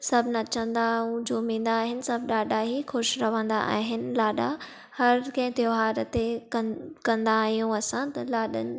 सभु नचंदा ऐं झूमींदा आहियूं सभु ॾाढा ई खु़शि रहंदा आहिनि लाॾा हर के तहिवारु ते कंदा आहियूं असां त लाॾनि